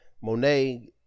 Monet